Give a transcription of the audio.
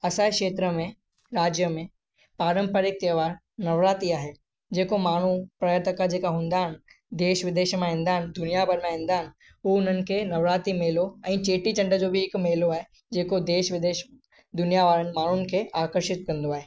असांजे खेत्र में राज्य में पारंपरिक त्योहार नवरात्रि आहे जे को माण्हू पर्यटक जे का हूंदा आहिनि देश विदेश मां ईंदा आहिनि दुनिया भर मां ईंदा आहिनि उहो उन्हनि खे नवरात्रि मेलो ऐं चेटीचंड जो बि हिकु मेलो आहे जे को देश विदेश दुनिया वारे माण्हुनि खे आकर्षित कंदो आहे